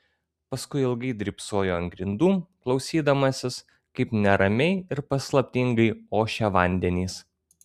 paskui ilgai drybsojo ant grindų klausydamasis kaip neramiai ir paslaptingai ošia vandenys